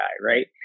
right